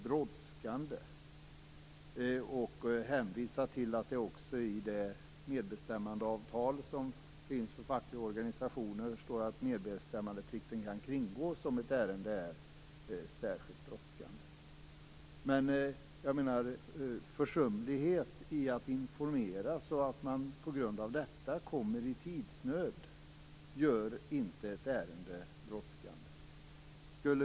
Man har också hänvisat till att det i det medbestämmandeavtal som finns för fackliga organisationer står att medbestämmandeplikten kan kringgås om ett ärende är särskilt brådskande. Men försumlighet i att informera, så att man på grund av detta kommer i tidsnöd, gör inte ett ärende brådskande.